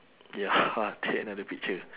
ya take another picture